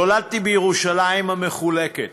נולדתי בירושלים המחולקת.